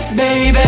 baby